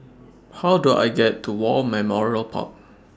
How Do I get to War Memorial Park